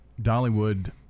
Dollywood